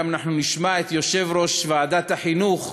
הגם שנשמע את יושב-ראש ועדת החינוך,